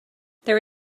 there